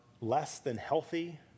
less-than-healthy